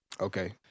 Okay